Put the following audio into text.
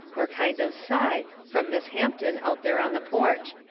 or kind of sigh, from miss hampton out there on the porch.